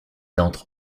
entre